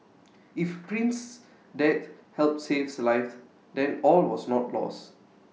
if prince death helps save lives then all was not lost